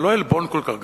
זה לא עלבון כל כך גדול,